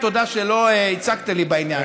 תודה שלא הצקת לי בעניין.